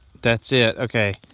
that's it. okay.